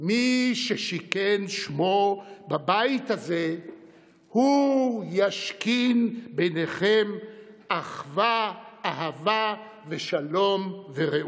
מי ששִׁכן את שמו בבית הזה הוא ישכין ביניכם אהבה ואחווה ושלום ורעות".